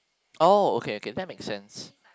oh okay okay that makes sense